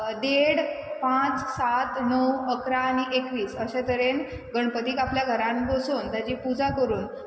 देड पांच सात णव इकरा आनी एकवीस अशें तरेन गणपतीक आपल्या घरान बसोवन ताजी पुजा करून